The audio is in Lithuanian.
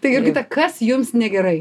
tai jurgita kas jums negerai